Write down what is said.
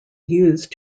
used